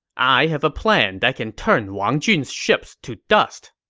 i have a plan that can turn wang jun's ships to dust.